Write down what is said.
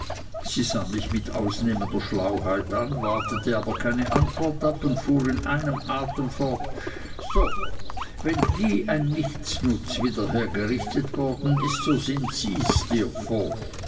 sie sah mich mit ausnehmender schlauheit an wartete aber keine antwort ab und fuhr in einem atem fort so wenn je ein nichtsnutz wieder hergerichtet worden ist so sind sies